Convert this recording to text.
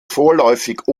vorläufig